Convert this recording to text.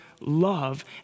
Love